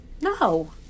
No